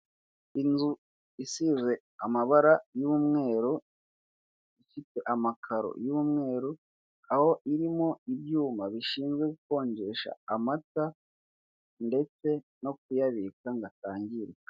Inzu isize amabara y'umweru, ifite amakaro y'umweru, aho irimo ibyuma bishinzwe gukonjesha amata ndetse no kuyabika ngo atangirika.